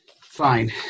Fine